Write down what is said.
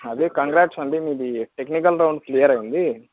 అదే కంగ్రాట్స్ అండి మీది టెక్నికల్ రౌండ్ క్లియర్ అయ్యింది